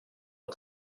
att